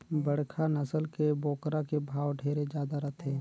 बड़खा नसल के बोकरा के भाव ढेरे जादा रथे